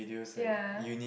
ya